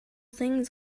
things